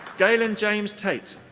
galen james tait.